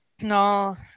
No